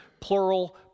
plural